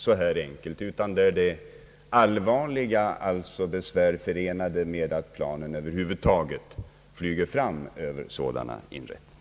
Det är förenat med allvarliga besvär att planen över huvud taget flyger över sådana inrättningar.